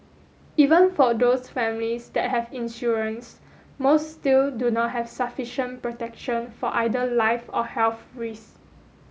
even for those families that have insurance most still do not have sufficient protection for either life or health risk